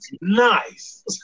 nice